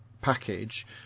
package